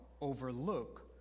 overlook